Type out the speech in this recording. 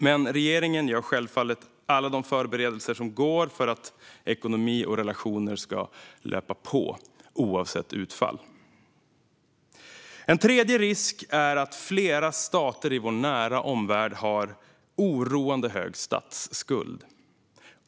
Men regeringen gör självfallet alla de förberedelser som är möjliga för att ekonomi och relationer ska löpa på, oavsett utfall. Den tredje risken är att flera stater i vår nära omvärld har oroande hög statsskuld.